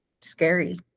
scary